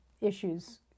issues